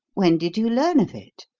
when did you learn of it?